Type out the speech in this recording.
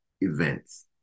events